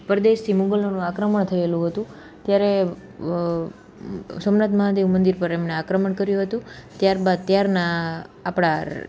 પરદેશથી મુગલોનું આક્રમણ થયેલું હતું ત્યારે સોમનાથ મહાદેવ મંદિર પર એમણે આક્રમણ કર્યું હતું ત્યારબાદ ત્યારના આપણા